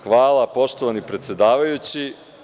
Hvala poštovani predsedavajući.